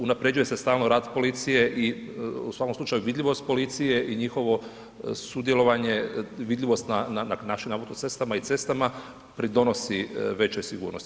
Unapređuje se stalno rad policije i u svakom slučaju vidljivost policije i njihovo sudjelovanje, vidljivost na našim autocestama i cestama pridonosi većoj sigurnosti.